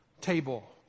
table